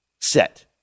set